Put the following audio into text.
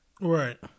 Right